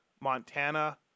Montana